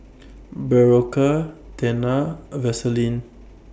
Berocca Tena A Vaselin